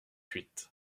huit